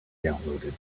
downloaded